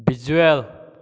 visual